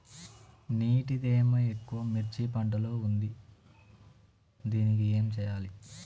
నీటి తేమ ఎక్కువ మిర్చి పంట లో ఉంది దీనికి ఏం చేయాలి?